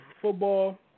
Football